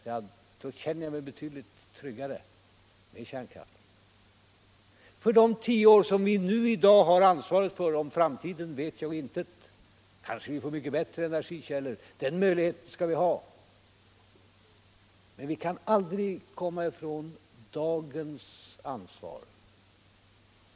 Jag känner mig betydligt tryggare med kärnkraften — för de tio år som vi i dag har ansvar för. Om framtiden vet jag intet. Kanske vi får mycket bättre energikällor. I så fall skall vi ha möjlighet att utnyttja dem. Men vi kan aldrig komma ifrån dagens ansvar.